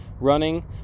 running